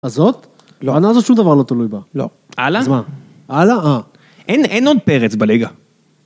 הזאת? לא, העונה הזאת שום דבר לא תלוי בה. לא. הלאה? הלאה? אה, אין עוד פרץ בליגה.